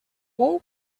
bou